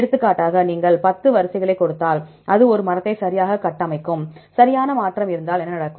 எடுத்துக்காட்டாக நீங்கள் 10 வரிசைகளைக் கொடுத்தால் அது ஒரு மரத்தை சரியாகக் கட்டமைக்கும் சரியான மாற்றம் இருந்தால் என்ன நடக்கும்